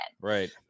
Right